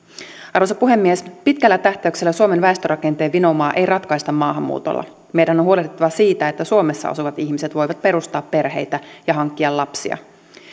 arvoisa puhemies pitkällä tähtäyksellä suomen väestörakenteen vinoumaa ei ratkaista maahanmuutolla meidän on huolehdittava siitä että suomessa asuvat ihmiset voivat perustaa perheitä ja hankkia lapsia